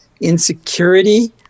insecurity